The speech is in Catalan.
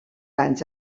anys